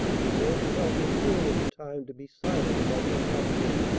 they both felt that here was a time to be silent about their habits.